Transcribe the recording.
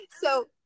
So-